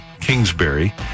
kingsbury